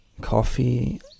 coffee